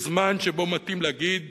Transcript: יש זמן שבו מתאים להגיד